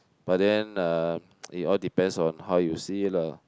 but then uh it all depends on how you see it lah